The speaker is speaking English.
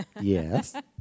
yes